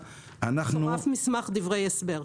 מצורף מסמך דברי הסבר.